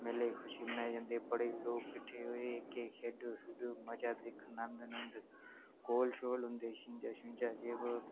मेले दी खुशी मनाई जंदी बड़े लोक किट्ठे होई किश खेढू शेढू मजा दिक्खना नंद नुंद घोल शोल होंदे छिंजा छुंजां जे बो